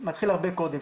מתחיל הרבה קודם.